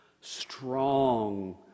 strong